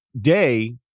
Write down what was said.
Day